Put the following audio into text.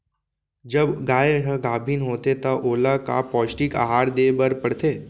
जब गाय ह गाभिन होथे त ओला का पौष्टिक आहार दे बर पढ़थे?